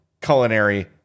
culinary